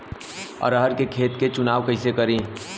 अरहर के खेत के चुनाव कईसे करी?